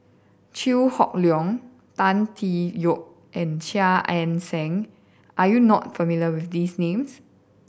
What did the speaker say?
Chew Hock Leong Tan Tee Yoke and Chia Ann Siang are you not familiar with these names